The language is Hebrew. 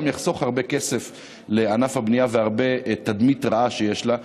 יחסוך הרבה כסף לענף הבנייה והרבה תדמית רעה שיש לו,